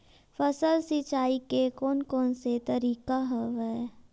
फसल सिंचाई के कोन कोन से तरीका हवय?